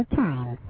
time